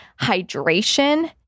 hydration